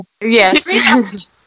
Yes